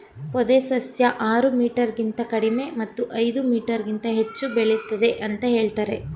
ಪೊದೆ ಸಸ್ಯ ಆರು ಮೀಟರ್ಗಿಂತ ಕಡಿಮೆ ಮತ್ತು ಐದು ಮೀಟರ್ಗಿಂತ ಹೆಚ್ಚು ಬೆಳಿತದೆ ಅಂತ ಹೇಳ್ತರೆ